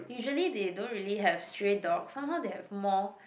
usually they don't really have stray dogs somehow they have more